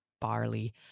barley